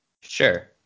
Sure